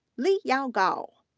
liyao gao,